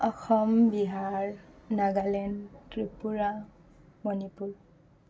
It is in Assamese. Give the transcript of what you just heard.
অসম বিহাৰ নাগালেণ্ড ত্ৰিপুৰা মণিপুৰ